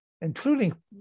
including